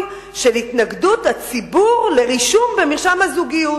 של התנגדות הציבור לרישום במרשם הזוגיות.